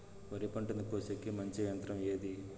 వరి పంటను కోసేకి మంచి యంత్రం ఏది?